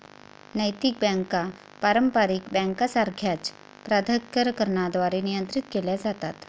नैतिक बँका पारंपारिक बँकांसारख्याच प्राधिकरणांद्वारे नियंत्रित केल्या जातात